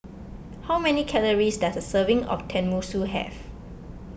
how many calories does a serving of Tenmusu have